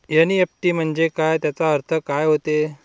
NEFT म्हंजे काय, त्याचा अर्थ काय होते?